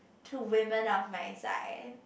to women of my size